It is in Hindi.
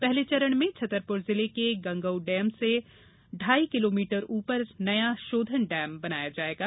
पहले चरण में छतरपुर जिले के गंगऊ डेम से ढाई किलोमीटर ऊपर नया शोधन डेम बनाया जायेगा